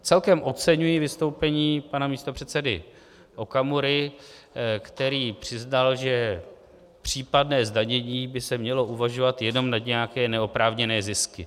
Celkem oceňuji vystoupení pana místopředsedy Okamury, který přiznal, že o případném zdanění by se mělo uvažovat jenom u nějakých neoprávněných zisků.